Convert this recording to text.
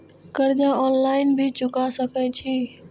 कर्जा ऑनलाइन भी चुका सके छी?